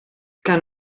que